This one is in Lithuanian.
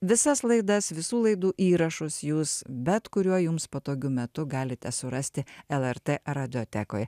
visas laidas visų laidų įrašus jūs bet kuriuo jums patogiu metu galite surasti lrt radiotekoj